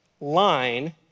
line